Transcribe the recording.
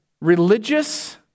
religious